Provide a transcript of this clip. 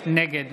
נגד